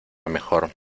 mejor